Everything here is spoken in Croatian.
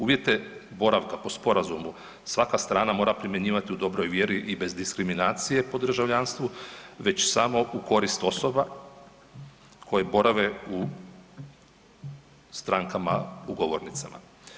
Uvjete boravka po sporazumu svaka strana mora primjenjivati u dobroj vjeri i bez diskriminacije po državljanstvu već samo u korist osoba koje borave u strankama ugovornicama.